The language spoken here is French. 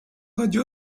radio